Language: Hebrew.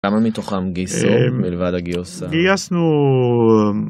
למה מתוכם גייסו מלבד הגיוס ה? גייסנו...